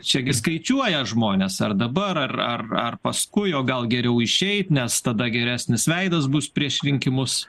čia gi skaičiuoja žmonės ar dabar ar ar ar paskui o gal geriau išeit nes tada geresnis veidas bus prieš rinkimus